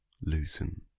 loosen